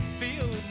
feel